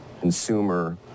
consumer